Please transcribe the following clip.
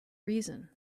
reason